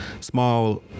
small